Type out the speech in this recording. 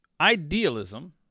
idealism